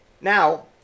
now